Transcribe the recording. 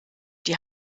die